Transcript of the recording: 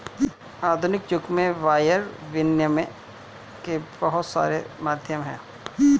आधुनिक युग में वायर विनियम के बहुत सारे माध्यम हैं